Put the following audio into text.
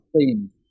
themes